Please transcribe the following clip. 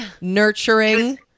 nurturing